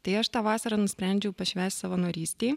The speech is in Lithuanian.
tai aš tą vasarą nusprendžiau pašvęst savanorystei